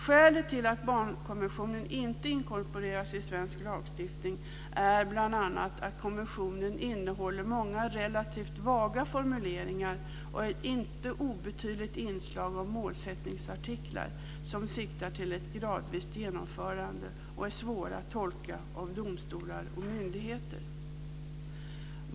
Skälet till att barnkonventionen inte inkorporeras i svensk lagstiftning är bl.a. att konventionen innehåller många relativt vaga formuleringar och ett inte obetydligt inslag av målsättningsartiklar som siktar till ett gradvist genomförande och är svåra att tolka för domstolar och myndigheter.